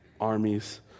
armies